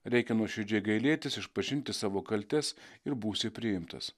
reikia nuoširdžiai gailėtis išpažinti savo kaltes ir būsi priimtas